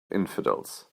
infidels